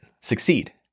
succeed